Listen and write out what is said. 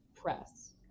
press